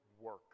work